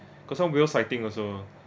got some whale sighting also